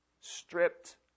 stripped